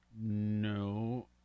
No